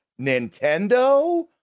Nintendo